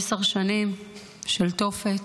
עשר שנים של תופת,